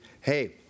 hey